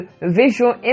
visual